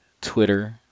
twitter